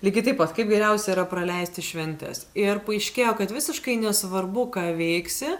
lygiai taip pat kaip geriausia yra praleisti šventes ir paaiškėjo kad visiškai nesvarbu ką veiksi